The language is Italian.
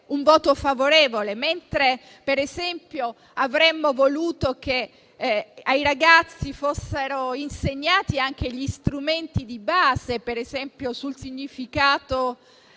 un voto favorevole, mentre, per esempio, avremmo voluto che ai ragazzi fossero insegnati anche gli strumenti di base su significato